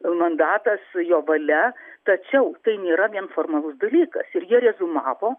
mandatas jo valia tačiau tai nėra vien formalus dalykas ir jie reziumavo